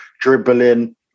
dribbling